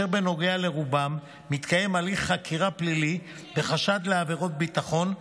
ובנוגע לרובם מתקיים הליך חקירה פלילי בחשד לעבירות ביטחון,